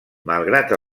malgrat